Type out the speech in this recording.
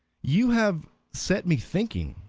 you have set me thinking,